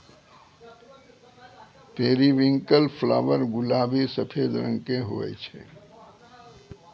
periwinkle flower गुलाबी सफेद रंग के हुवै छै